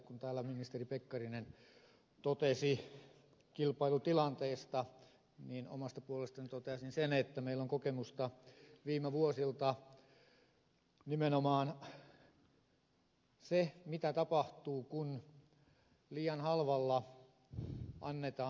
kun täällä ministeri pekkarinen totesi kilpailutilanteesta niin omasta puolestani toteaisin sen että meillä on kokemusta viime vuosilta nimenomaan siitä mitä tapahtuu kun liian halvalla annetaan urakka